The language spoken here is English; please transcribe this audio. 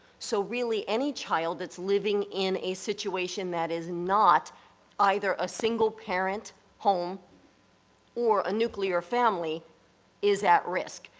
so really any child that's living in a situation that is not either a single-parent home or nuclear family is at risk.